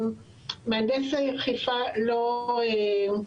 מהנדס העיר חיפה לא "אהב"